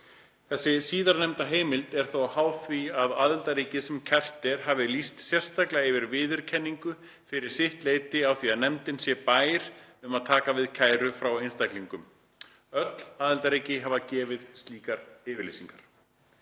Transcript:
Þessi síðarnefnda heimild er þó háð því að aðildarríkið, sem kært er, hafi lýst sérstaklega yfir viðurkenningu fyrir sitt leyti á því að nefndin sé bær um að taka við kæru frá einstaklingum. Öll aðildarríkin hafa gefið slíkar yfirlýsingar.